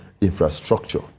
infrastructure